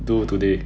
do today